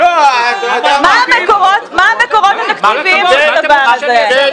מה המקורות התקציביים של הדבר הזה?